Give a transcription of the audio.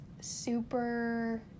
super